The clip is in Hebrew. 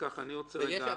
יש גם